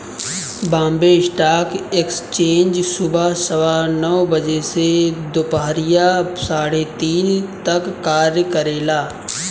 Bombay stock exchange सुबह सवा नौ बजे से दूपहरिया साढ़े तीन तक कार्य करेला